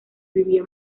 vivía